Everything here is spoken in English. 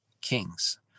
kings